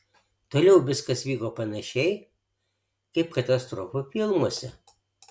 toliau viskas vyko panašiai kaip katastrofų filmuose